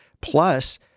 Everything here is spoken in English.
Plus